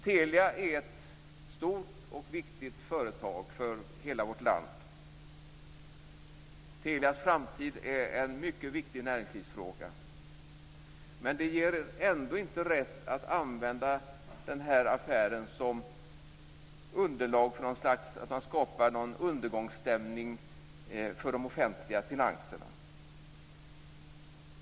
Telia är ett stort och viktigt företag för hela vårt land. Telias framtid är en mycket viktig näringslivsfråga. Men det ger er ändå inte rätt att använda den här affären som underlag för att skapa någon slags undergångsstämning för de offentliga finanserna.